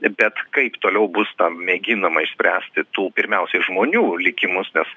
bet kaip toliau bus ta mėginama išspręsti tų pirmiausia žmonių likimus nes